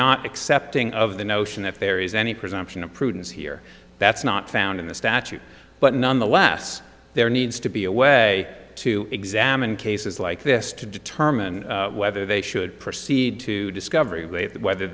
not accepting of the notion that there is any presumption of prudence here that's not found in the statute but nonetheless there needs to be a way to examine cases like this to determine whether they should proceed to discovery way of whether